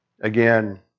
Again